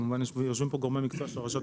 כמובן יושבים פה גורמי מקצוע של הרשויות